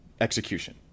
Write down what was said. execution